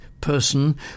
person